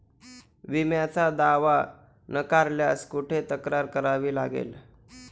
विम्याचा दावा नाकारल्यास कुठे तक्रार करावी लागेल?